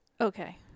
okay